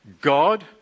God